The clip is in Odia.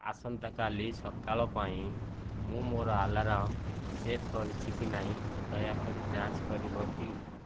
ଆସନ୍ତାକାଲି ସକାଳ ପାଇଁ ମୁଁ ମୋର ଆଲାର୍ମ ସେଟ୍ କରିଛି କି ନାହିଁ ଦୟାକରି ଯାଞ୍ଚ କରିବ କି